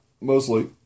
mostly